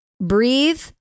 breathe